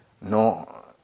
No